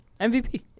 MVP